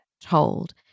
told